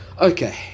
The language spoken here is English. okay